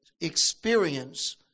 experience